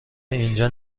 اینجا